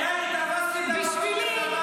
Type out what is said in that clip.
יאיר תפס לי את